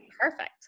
Perfect